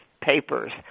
papers